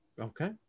Okay